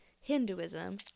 Hinduism